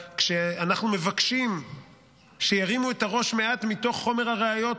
כשאנחנו מבקשים שירימו את הראש מעט מתוך חומר הראיות,